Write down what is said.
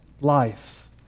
life